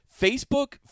Facebook